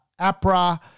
APRA